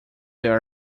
that